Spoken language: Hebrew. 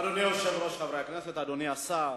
אדוני היושב-ראש, חברי הכנסת, אדוני השר,